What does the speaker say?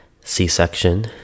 C-section